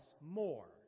more